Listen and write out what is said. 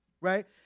Right